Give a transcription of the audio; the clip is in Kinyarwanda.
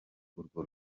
urwo